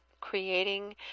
creating